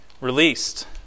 released